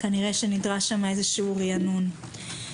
כנראה שנדרש שם איזשהו ריענון.